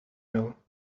know